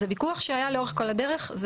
זה ויכוח שהיה לאורך כל הדרך.